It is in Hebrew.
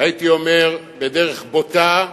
הייתי אומר, בדרך בוטה,